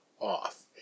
off